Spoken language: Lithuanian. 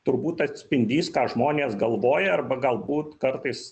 turbūt atspindys ką žmonės galvoja arba galbūt kartais